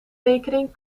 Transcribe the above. rekening